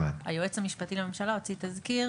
היועץ המשפטי לממשלה הוציא תזכיר,